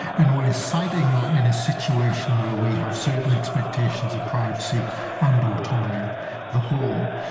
and we are citing that in a situation where we have certain expectations of privacy and autonomy the home.